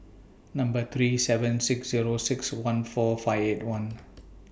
Number three seven six Zero six one four five eight one